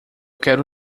quero